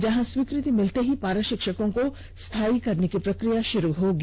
जहां स्वीकृति मिलते ही पारा पिक्षकों को स्थायी करने की प्रक्रिया षुरू होगी